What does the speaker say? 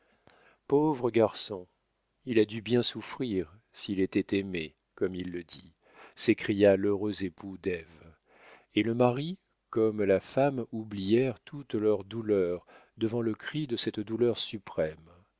pauvre garçon il a dû bien souffrir s'il était aimé comme il le dit s'écria l'heureux époux d'ève et le mari comme la femme oublièrent toutes leurs douleurs devant le cri de cette douleur suprême